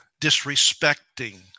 disrespecting